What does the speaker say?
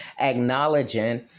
acknowledging